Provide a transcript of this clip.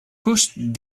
pushed